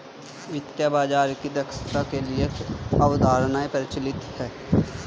वित्तीय बाजार की दक्षता के लिए कई अवधारणाएं प्रचलित है